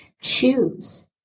choose